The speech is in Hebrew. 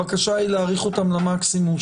הבקשה היא להאריך אותן למקסימום,